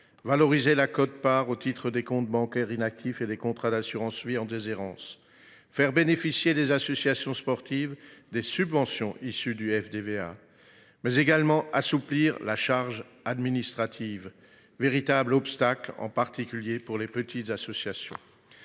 valoriser la quote part au titre des comptes bancaires inactifs et des contrats d’assurance vie en déshérence ; faire bénéficier les associations sportives des subventions issues du FDVA ; assouplir la charge administrative, qui est un véritable obstacle, en particulier pour les plus petites associations.